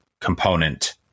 component